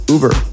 Uber